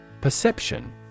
Perception